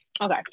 Okay